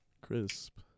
Crisp